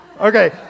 Okay